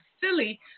silly